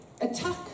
attack